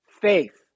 faith